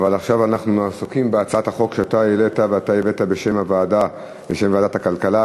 עכשיו אנחנו עסוקים בהצעת החוק שאתה העלית ואתה הבאת בשם ועדת הכלכלה,